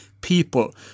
people